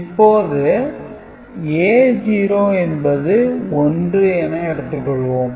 இப்போது A0 என்பது 1 என எடுத்துக் கொள்வோம்